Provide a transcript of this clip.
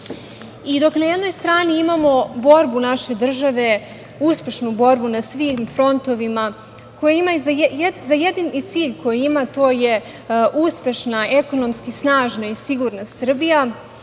dela. Dok na jednoj strani imamo borbu naše države, uspešnu borbu na svim frontovima, a jedini cilj koji ima, to je uspešna, ekonomski snažna i sigurna Srbija,